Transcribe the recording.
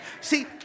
See